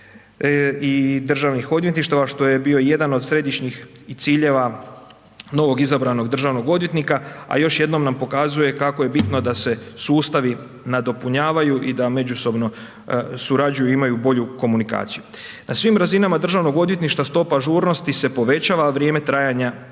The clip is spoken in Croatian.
i državnih odvjetništava što je bio jedan od središnjih ciljeva novog izabranog državnog odvjetnika a još jednom nam pokazuje kako je bitno da se sustavi nadopunjavaju i da međusobno surađuju, imaju bolju komunikaciju. Na svim razinama Državnog odvjetništva stopa ažurnosti se povećava a vrijeme trajanja